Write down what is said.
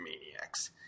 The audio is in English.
maniacs